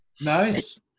nice